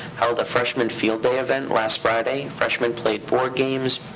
held a freshman field day event last friday. freshmen played board games,